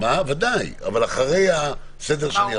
בוודאי, אבל אחרי הסדר שאני אמרתי.